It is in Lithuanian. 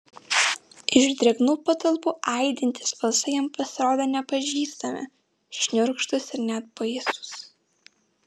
iš drėgnų patalpų aidintys balsai jam pasirodė nepažįstami šiurkštūs ir net baisūs